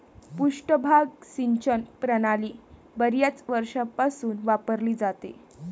पृष्ठभाग सिंचन प्रणाली बर्याच वर्षांपासून वापरली जाते